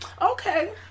Okay